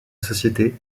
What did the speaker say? société